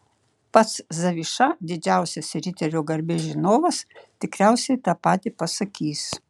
pats zaviša didžiausias riterio garbės žinovas tikriausiai tą patį pasakys